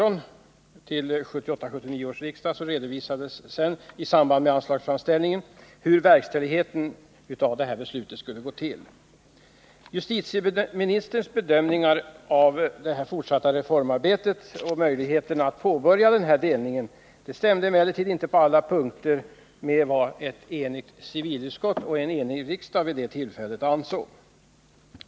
23 Justitieministerns bedömning av det fortsatta reformarbetet och möjligheterna att påbörja delningen stämde emellertid inte på alla punkter med vad ett enigt civilutskott och en enig riksdag vid det tillfället ansåg.